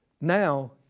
Now